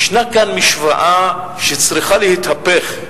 ישנה כאן משוואה שצריכה להתהפך,